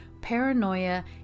paranoia